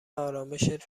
آرامِشت